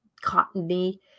cottony